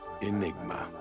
Enigma